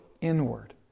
inward